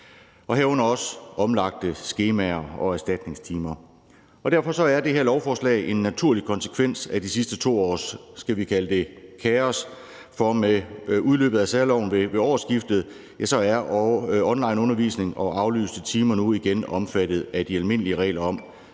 herunder også til omlagte skemaer og erstatningstimer. Derfor er det her lovforslag en naturlig konsekvens af de sidste 2 års, skal vi kalde det kaos, for med udløbet af særloven ved årsskiftet, ja, så er onlineundervisning og aflyste timer nu igen omfattet af de almindelige regler om,